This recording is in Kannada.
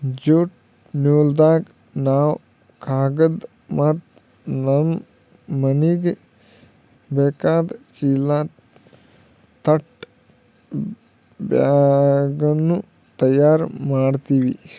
ಜ್ಯೂಟ್ ನೂಲ್ದಾಗ್ ನಾವ್ ಕಾಗದ್ ಮತ್ತ್ ನಮ್ಮ್ ಮನಿಗ್ ಬೇಕಾದ್ ಚೀಲಾ ತಟ್ ಬ್ಯಾಗ್ನು ತಯಾರ್ ಮಾಡ್ತೀವಿ